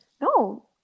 no